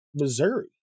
Missouri